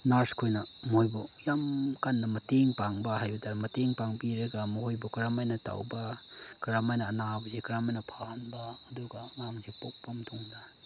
ꯅꯔꯁꯈꯣꯏꯅ ꯃꯣꯏꯕꯨ ꯌꯥꯝ ꯀꯟꯅ ꯃꯇꯦꯡ ꯄꯥꯡꯕ ꯍꯥꯏꯕꯗ ꯃꯇꯦꯡ ꯄꯥꯡꯕꯤꯔꯒ ꯃꯣꯏꯕꯨ ꯀꯔꯝꯃꯥꯏꯅ ꯇꯧꯕ ꯀꯔꯝꯃꯥꯏꯅ ꯑꯅꯥꯕꯁꯤ ꯀꯔꯝꯃꯥꯏꯅ ꯐꯍꯟꯕ ꯑꯗꯨꯒ ꯑꯉꯥꯡꯁꯤ ꯄꯣꯛꯄ ꯃꯇꯨꯡꯗ